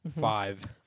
Five